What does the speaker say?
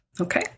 okay